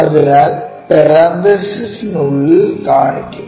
അതിനാൽ പരാൻതീസിസിനുള്ളിൽ കാണിക്കും